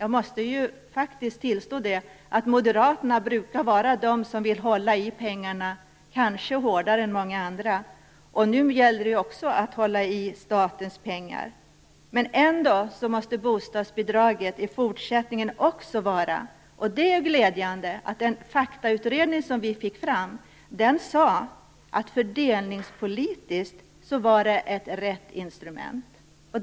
Jag måste tillstå att moderaterna brukar vilja hålla i pengarna kanske hårdare än många andra, och det gäller nu att hålla i statens pengar. Ändå måste bostadsbidraget finnas också i fortsättningen. Det är glädjande att den faktautredning som vi fick fram sade att bostadsbidraget fördelningspolitiskt är ett riktigt instrument.